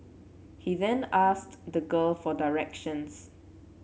he then asked the girl for directions